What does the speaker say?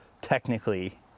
technically